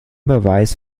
beweis